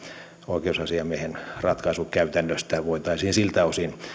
oikeusasiamiehen ratkaisukäytännöstä voitaisiin siltä osin